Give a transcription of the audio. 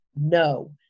No